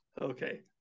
Okay